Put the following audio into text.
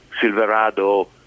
Silverado